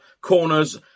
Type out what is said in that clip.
Corners